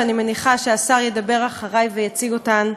ואני מניחה שהשר ידבר אחרי ויציג אותן,